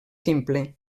simple